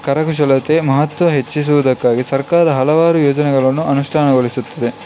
ಕರಕುಶಲತೆ ಮಹತ್ವ ಹೆಚ್ಚಿಸುವುದಕ್ಕಾಗಿ ಸರ್ಕಾರ ಹಲವಾರು ಯೋಜನೆಗಳನ್ನು ಅನುಷ್ಠಾನಗೊಳಿಸುತ್ತಿದೆ